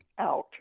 out